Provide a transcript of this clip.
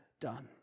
done